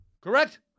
Correct